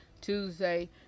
Tuesday